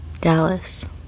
Dallas